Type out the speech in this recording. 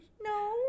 No